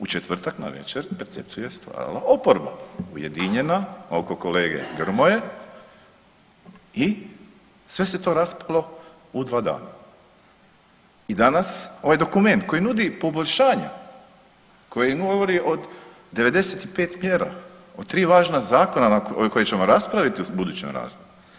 U četvrtak navečer percepciju je stvarala oporba, ujedinjena oko kolege Grmoje i sve se to raspalo u 2 dana i danas ovaj dokument koji nudi poboljšanja, koji govori o 95 mjera, o 3 važna zakona o kojima ćemo raspraviti u budućem razdoblju.